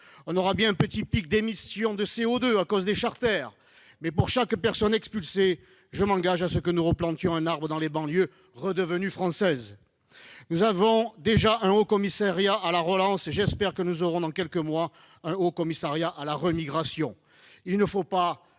On aura bien un petit pic d'émissions de CO2 à cause des charters, mais, pour chaque personne expulsée, je m'engage à ce que nous replantions un arbre dans les banlieues, redevenues françaises. Nous avons déjà un haut-commissariat à la relance ; dans quelques mois, j'espère que nous aurons un haut-commissariat à la « remigration